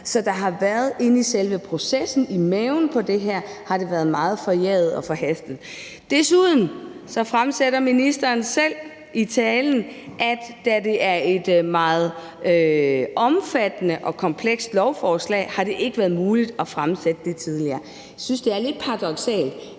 behandle dem. Så selve processen, i maven på det her, har det været meget forjaget og forhastet. Desuden fremsætter ministeren selv i talen, at da det er et meget omfattende og komplekst lovforslag, har det ikke være muligt at fremsætte det tidligere. Jeg synes, det er lidt paradoksalt,